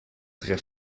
très